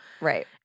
Right